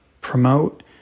promote